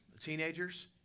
Teenagers